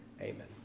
Amen